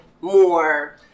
more